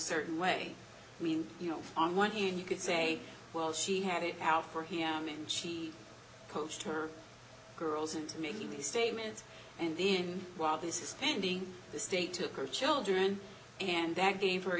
certain way i mean you know on one hand you could say well she had it out for him and she coached her girls into making these statements and then while this is standing the state took her children and that gave